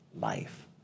life